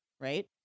right